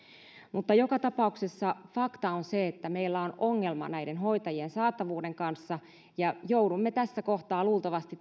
mutta joka tapauksessa fakta on se että meillä on ongelma näiden hoitajien saatavuuden kanssa ja joudumme tässä kohtaa luultavasti